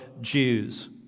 Jews